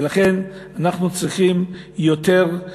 ולכן אנחנו צריכים יותר,